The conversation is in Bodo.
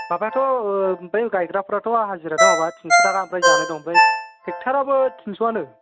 माबायाथ' ओ बै गायग्राफ्राथ' हाजिरायाथ' माबा टिनस' थाखा ओमफ्राय जानो दं ओमफ्राय ट्रेक्टराबो टिनस'आनो